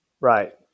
Right